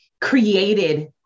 created